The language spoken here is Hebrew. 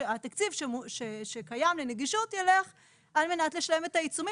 התקציב שקיים לנגישות ילך על מנת לשלם את העיצומים